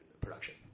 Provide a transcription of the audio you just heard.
production